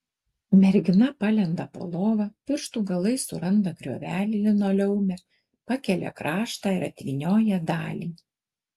mergina palenda po lova pirštų galais suranda griovelį linoleume pakelia kraštą ir atvynioja dalį